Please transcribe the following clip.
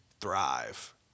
thrive